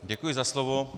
Děkuji za slovo.